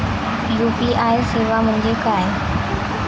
UPI सेवा म्हणजे काय?